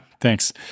thanks